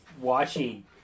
watching